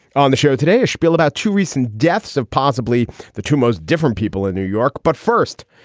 on the show today, a spiel about. two recent deaths of possibly the two most different people in new york. but first,